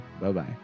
bye-bye